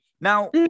Now